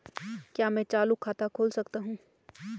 क्या मैं चालू खाता खोल सकता हूँ?